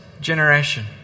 generation